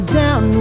down